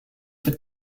for